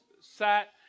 sat